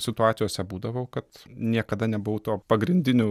situacijose būdavau kad niekada nebuvau tuo pagrindiniu